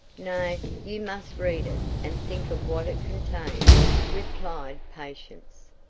nay, you must read it, and think of what it contains, replied patience.